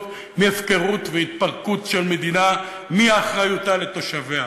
מהפקרות והתפרקות של מדינה מאחריותה לתושביה.